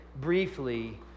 briefly